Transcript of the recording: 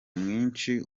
mwinshi